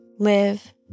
live